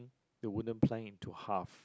the wooden plank into half